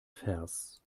vers